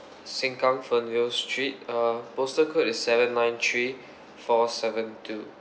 sengkang fernvale street uh postal code is seven nine three four seven two